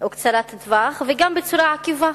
או קצרת טווח וגם בצורה עקיפה